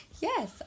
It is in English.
Yes